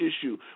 issue